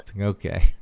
okay